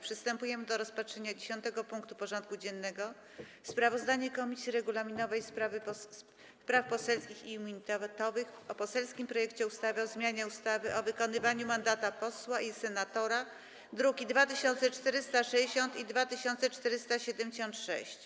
Przystępujemy do rozpatrzenia punktu 10. porządku dziennego: Sprawozdanie Komisji Regulaminowej, Spraw Poselskich i Immunitetowych o poselskim projekcie ustawy o zmianie ustawy o wykonywaniu mandatu posła i senatora (druki nr 2460 i 2476)